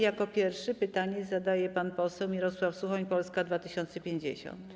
Jako pierwszy pytanie zadaje pan poseł Mirosław Suchoń, Polska 2050.